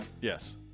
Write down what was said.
Yes